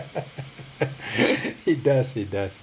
it does it does